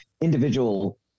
individual